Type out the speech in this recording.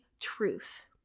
truth